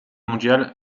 mondiale